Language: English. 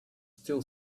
still